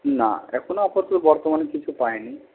না এখন আপাতত বর্তমানে কিছু পাইনি